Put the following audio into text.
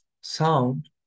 sound